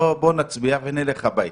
בוא נצביע ונלך הביתה.